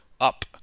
up